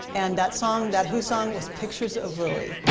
and that song, that who song was pictures of lily.